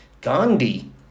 Gandhi